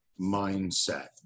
mindset